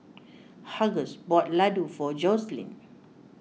Hughes bought Ladoo for Joselin